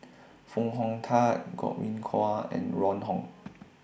Foo Hong Tatt Godwin Koay and Ron Wong